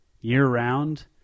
year-round